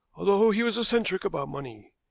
although he was eccentric about money.